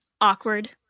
awkward